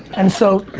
and so,